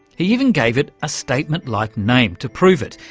he even gave it a statement-like name to prove it,